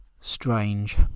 strange